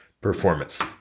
performance